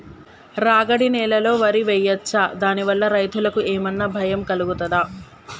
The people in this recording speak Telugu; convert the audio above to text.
రాగడి నేలలో వరి వేయచ్చా దాని వల్ల రైతులకు ఏమన్నా భయం కలుగుతదా?